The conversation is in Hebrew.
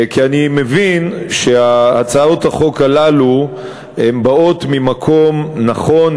כי אני מבין שהצעות החוק הללו באות ממקום נכון,